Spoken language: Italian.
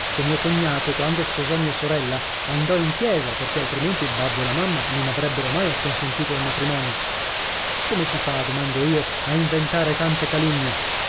che mio cognato quando sposò mia sorella andò in chiesa perché altrimenti il babbo e la mamma non avrebbero mai acconsentito al matrimonio come si fa domando io a inventare tante calunnie